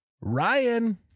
Ryan